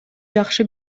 жакшы